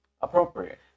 appropriate